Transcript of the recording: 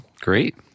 great